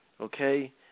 Okay